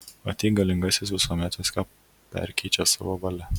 ateik galingasis visuomet viską perkeičiąs savo valia